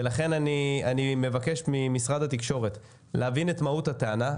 ולכן אני מבקש ממשרד התקשורת להבין את מהות הטענה,